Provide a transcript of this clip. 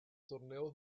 torneos